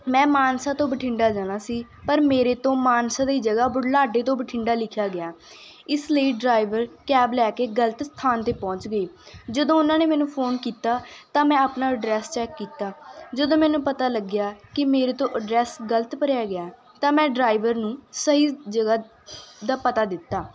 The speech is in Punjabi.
ਮੈਂ ਮਾਨਸਾ ਤੋਂ ਬਠਿੰਡਾ ਜਾਣਾ ਸੀ ਪਰ ਮੇਰੇ ਤੋਂ ਮਾਨਸਾ ਦੀ ਜਗ੍ਹਾ ਬੁਢਲਾਡੇ ਤੋਂ ਬਠਿੰਡਾ ਲਿਖਿਆ ਗਿਆ ਇਸ ਲਈ ਡ੍ਰਾਈਵਰ ਕੈਬ ਲੈ ਕੇ ਗਲਤ ਸਥਾਨ 'ਤੇ ਪਹੁੰਚ ਗਏ ਜਦੋਂ ਉਨ੍ਹਾਂ ਨੇ ਮੈਨੂੰ ਫੋਨ ਕੀਤਾ ਤਾਂ ਮੈਂ ਆਪਣਾ ਅਡਰੈਸ ਚੈੱਕ ਕੀਤਾ ਜਦੋਂ ਮੈਨੂੰ ਪਤਾ ਲੱਗਿਆ ਕਿ ਮੇਰੇ ਤੋਂ ਅਡਰੈਸ ਗਲਤ ਭਰਿਆ ਗਿਆ ਤਾਂ ਮੈਂ ਡ੍ਰਾਈਵਰ ਨੂੰ ਸਹੀ ਜਗ੍ਹਾ ਦਾ ਪਤਾ ਦਿੱਤਾ